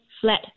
flat